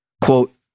Quote